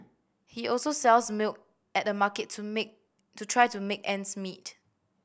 he also sells milk at the market to make to try to make ends meet